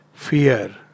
Fear